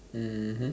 mmhmm